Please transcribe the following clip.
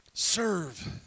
Serve